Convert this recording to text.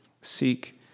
seek